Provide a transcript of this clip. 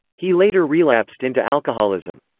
he later relapsed into alcoholism.